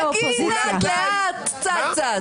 חכי, לאט-לאט, צעד-צעד.